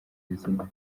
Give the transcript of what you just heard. izina